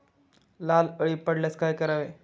लाल अळी पडल्यास काय करावे?